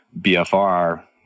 BFR